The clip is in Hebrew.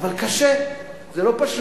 אבל קשה, זה לא פשוט.